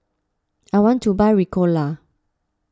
I want to buy Ricola